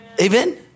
Amen